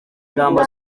ingamba